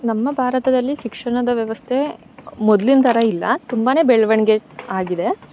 ನಮ್ಮ ಭಾರತದಲ್ಲಿ ಶಿಕ್ಷಣದ ವ್ಯವಸ್ಥೆ ಮೊದಲಿನ ಥರ ಇಲ್ಲ ತುಂಬನೇ ಬೆಳ್ವಣಿಗೆ ಆಗಿದೆ